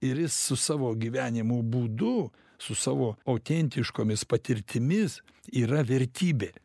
ir jis su savo gyvenimo būdu su savo autentiškomis patirtimis yra vertybė